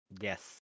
yes